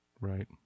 Right